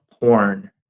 porn